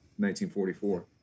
1944